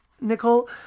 nicole